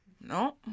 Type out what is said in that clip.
No